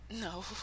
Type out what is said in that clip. No